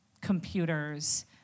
computers